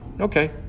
okay